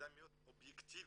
מידע אובייקטיבי,